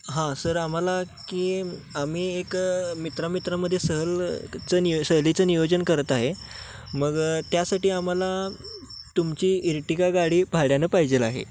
हां सर आम्हाला की आम्ही एक मित्रा मित्रांमध्ये सहलचं निय सहलीचं नियोजन करत आहे मग त्यासाठी आम्हाला तुमची इर्टिगा गाडी भाड्यानं पाहिजे आहे